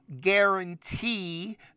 guarantee